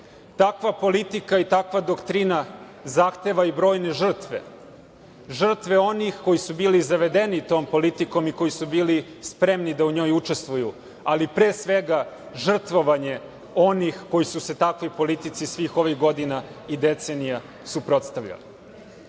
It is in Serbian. Takva politika i takva doktrina zahteva i brojne žrtve, žrtve onih koji su bili zavedeni tom politikom i koji su bili spremni da u njoj učestvuju, ali pre svega žrtvovanje onih koji su se takvoj politici svih ovih godina i decenija suprotstavljali. Kažu